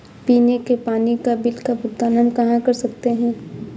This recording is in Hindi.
पीने के पानी का बिल का भुगतान हम कहाँ कर सकते हैं?